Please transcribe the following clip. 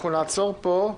אנחנו נעצור פה.